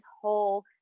whole